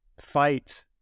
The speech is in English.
fight